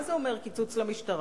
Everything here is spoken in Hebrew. מה זה אומר קיצוץ במשטרה?